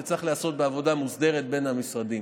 זה צריך להיעשות בעבודה מוסדרת בין המשרדים.